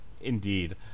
Indeed